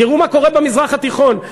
תראו מה קורה במזרח התיכון.